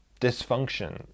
dysfunction